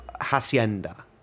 hacienda